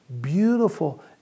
beautiful